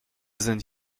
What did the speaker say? sind